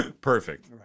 Perfect